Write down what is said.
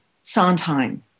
Sondheim